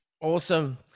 Awesome